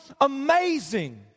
Amazing